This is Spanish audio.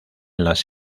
las